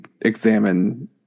examine